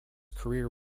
career